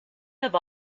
have